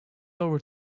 over